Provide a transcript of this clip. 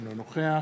אינו נוכח